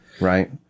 right